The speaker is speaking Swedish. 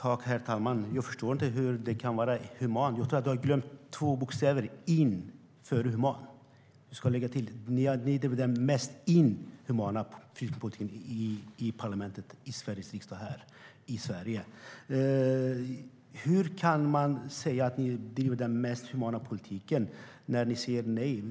Herr talman! Jag förstår inte hur den kan vara human. Jag tror att du har glömt två bokstäver, Markus. Det ska vara "in" före "human". Ni har den mest inhumana flyktingpolitiken i Sveriges riksdag. Hur kan du säga att det är den mest humana politiken när ni bara säger nej?